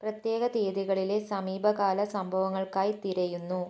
പ്രത്യേക തീയതികളിലെ സമീപകാല സംഭവങ്ങൾക്കായി തിരയുന്നു